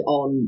on